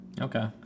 okay